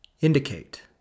indicate